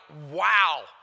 wow